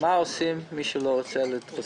מה עושים מי שלא רוצה להתחסן.